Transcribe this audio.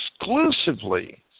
exclusively